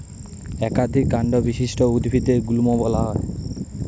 একাধিক কান্ড বিশিষ্ট উদ্ভিদদের গুল্ম বলা হয়